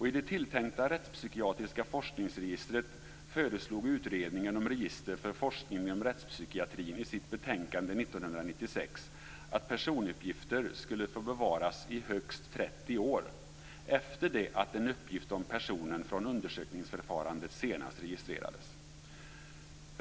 I det tilltänkta rättspsykiatriska forskningsregistret föreslog utredningen om register för forskning inom rättspsykiatrin i sitt betänkande 1996 att personuppgifter skulle få bevaras i högst 30 år efter det att en uppgift om personen från undersökningsförfarande senast registrerades.